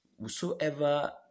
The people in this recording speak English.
Whosoever